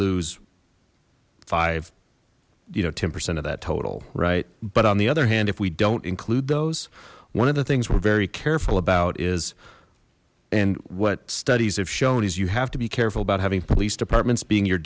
lose five you know ten percent of that total right but on the other hand if we don't include those one of the things we're very careful about is and what studies have shown is you have to be careful about having police departments being your